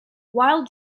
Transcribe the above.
wild